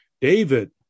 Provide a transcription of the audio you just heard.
David